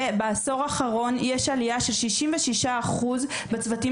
ובעשור האחרון יש עלייה של כ-66% בצוותים